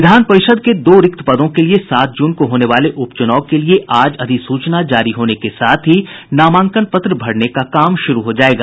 विधान परिषद के दो रिक्त पदों के लिए सात जून को होने वाले उपचुनाव के लिए आज अधिसूचना जारी होने के साथ ही नामांकन पत्र भरने का काम शुरू हो जायेगा